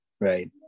Right